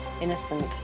innocent